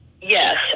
Yes